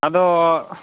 ᱟᱫᱚ